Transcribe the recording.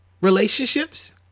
relationships